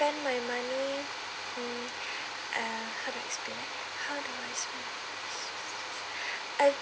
spend my money um uh how do I explain how do I explain I've